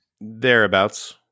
thereabouts